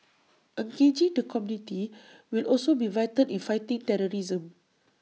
engaging the community will also be vital in fighting terrorism